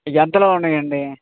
ఎంతలో ఉన్నాయి అండి